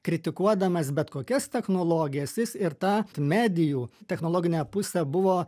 kritikuodamas bet kokias technologijas jis ir ta medijų technologinę pusę buvo